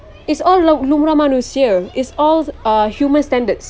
it's all lum~ lumrah manusia it's all uh human standards